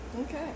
okay